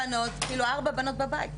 ארבע בנות בבית.